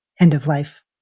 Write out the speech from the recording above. end-of-life